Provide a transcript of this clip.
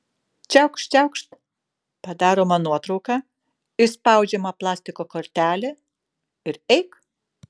čiaukšt čiaukšt padaroma nuotrauka išspaudžiama plastiko kortelė ir eik